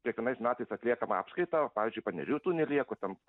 kiekvienais metais atliekam apskaitą pavyzdžiui panerių tunelyje kur ten